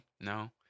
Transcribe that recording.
no